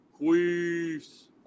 queefs